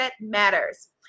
matters